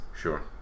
Sure